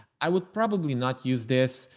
i would probably not use this